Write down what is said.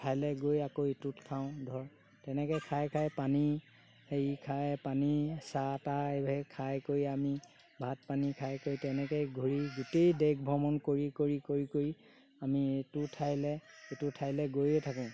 ঠাইলৈ গৈ আকৌ ইটোত খাওঁ ধৰ তেনেকৈ খাই খাই পানী হেৰি খাই পানী চাহ তাহ এইভাগে খাই কৰি আমি ভাত পানী খাই কৰি তেনেকৈয়ে ঘূৰি গোটেই দেশ ভ্ৰমণ কৰি কৰি কৰি কৰি আমি ইটো ঠাইলৈ সিটো ঠাইলৈ গৈয়ে থাকোঁ